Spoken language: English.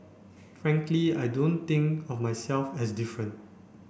frankly I don't think of myself as different